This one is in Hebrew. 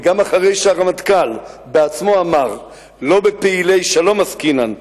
וגם אחרי שהרמטכ"ל בעצמו אמר: לא בפעילי שלום עסקינן,